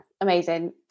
Amazing